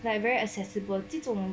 like very accessible 这种